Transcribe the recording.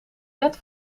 net